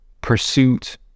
pursuit